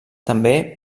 també